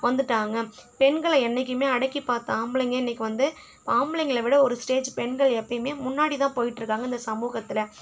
வந்து விட்டாங்க பெண்களை என்னைக்குமே அடக்கி பார்த்த ஆம்பளைங்க இன்னைக்கு வந்து ஆம்பளைங்களை விட ஒரு ஸ்டேஜ் பெண்கள் எப்பையுமே முன்னாடி தான் போயிட்டுருக்காங்க இந்த சமூகத்தில்